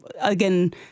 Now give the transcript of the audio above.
again